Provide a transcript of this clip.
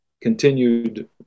continued